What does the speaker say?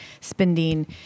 spending